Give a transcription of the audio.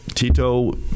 Tito